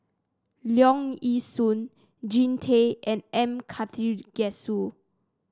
Leong Yee Soo Jean Tay and M Karthigesu